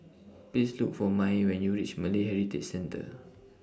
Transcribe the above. Please Look For Mai when YOU REACH Malay Heritage Centre